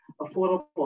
affordable